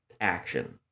action